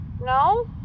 No